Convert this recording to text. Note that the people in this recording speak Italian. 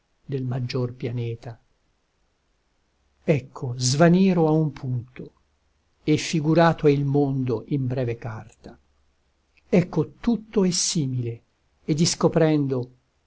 del maggior pianeta ecco svaniro a un punto e figurato è il mondo in breve carta ecco tutto è simile e discoprendo